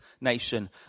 nation